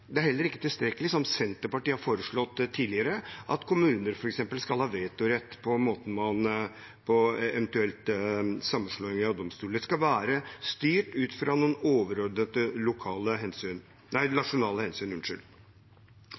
Det er heller ikke tilstrekkelig, som Senterpartiet har foreslått tidligere, at kommunene f.eks. skal ha vetorett på en eventuell sammenslåing av domstoler. Det skal være styrt ut fra overordnede nasjonale hensyn. Det